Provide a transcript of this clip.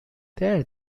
there